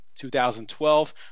2012